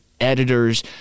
editors